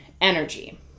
energy